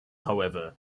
however